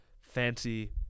fancy